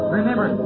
remember